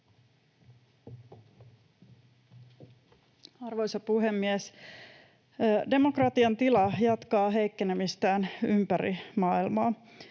Arvoisa puhemies! Demokratian tila jatkaa heikkenemistään ympäri maailmaa.